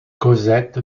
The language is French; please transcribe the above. cosette